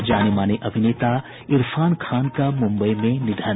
और जाने माने अभिनेता इरफान खान का मुंबई में निधन